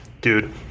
Dude